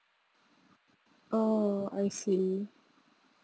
oh I see